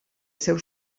seu